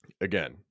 Again